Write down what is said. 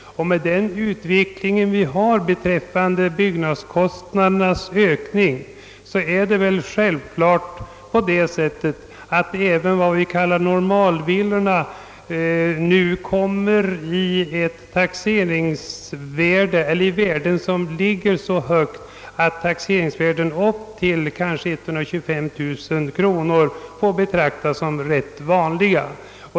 Med den utveckling vi har när det gäller byggnadskostnadernas ökning drar även vad vi kallar för normalvillor så höga byggnadskostnader, att taxeringsvärden på upp till 125000 kronor får betraktas som vanliga.